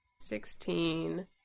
Sixteen